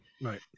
Right